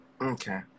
Okay